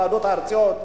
לוועדות הארציות,